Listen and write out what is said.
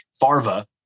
Farva